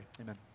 amen